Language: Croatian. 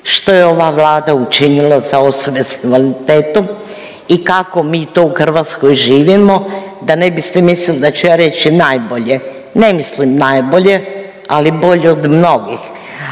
što je ova Vlada učinila za osobe s invaliditetom i kako mi to u Hrvatskoj živimo, da ne biste mislili da ću ja reći najbolje, ne mislim najbolje, ali bolje od mnogih,